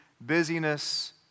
busyness